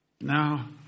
Now